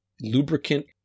lubricant